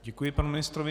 Děkuji panu ministrovi.